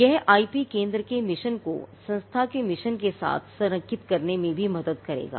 यह आईपी केंद्र के मिशन को संस्था के मिशन के साथ संरेखित करने में भी मदद करेगा